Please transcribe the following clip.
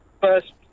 first